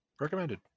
Recommended